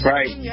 Right